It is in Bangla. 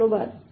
ধন্যবাদ